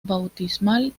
bautismal